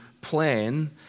plan